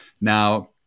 Now